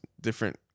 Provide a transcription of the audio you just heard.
different